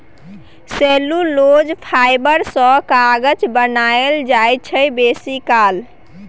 cellulose fibre सँ कागत बनाएल जाइ छै बेसीकाल